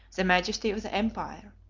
the majesty of the empire.